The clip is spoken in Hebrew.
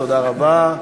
תודה רבה.